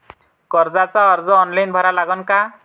कर्जाचा अर्ज ऑनलाईन भरा लागन का?